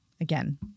again